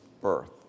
birth